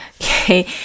okay